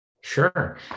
Sure